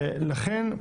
לכן,